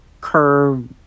curve